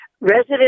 residents